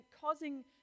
causing